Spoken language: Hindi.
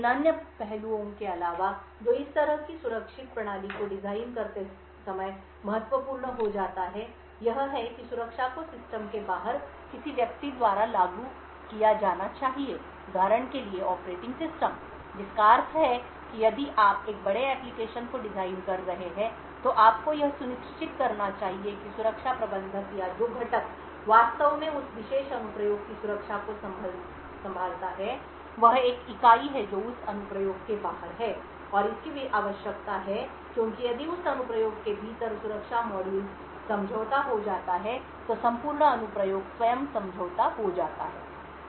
इन अन्य पहलुओं के अलावा जो इस तरह की सुरक्षित प्रणाली को डिजाइन करते समय महत्वपूर्ण हो जाता है यह है कि सुरक्षा को सिस्टम के बाहर किसी व्यक्ति द्वारा लागू किया जाना चाहिए उदाहरण के लिए ऑपरेटिंग सिस्टम जिसका अर्थ है कि यदि आप एक बड़े एप्लिकेशन को डिजाइन कर रहे हैं तो आपको यह सुनिश्चित करना चाहिए कि सुरक्षा प्रबंधक या जो घटक वास्तव में उस विशेष अनुप्रयोग की सुरक्षा को संभालता है वह एक इकाई है जो उस अनुप्रयोग के बाहर है और इसकी आवश्यकता है क्योंकि यदि उस अनुप्रयोग के भीतर सुरक्षा मॉड्यूल स्वयं समझौता हो जाता है तो संपूर्ण अनुप्रयोग स्वयं समझौता हो जाता है